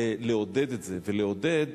לעודד את זה, ולעודד,